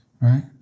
Right